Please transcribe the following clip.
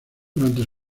durante